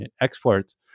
exports